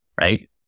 right